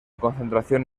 concentración